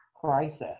crisis